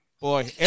Boy